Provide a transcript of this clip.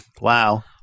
Wow